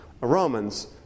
Romans